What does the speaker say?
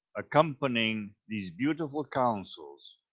accompanying these beautiful councils,